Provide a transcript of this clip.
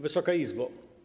Wysoka Izbo!